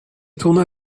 tourna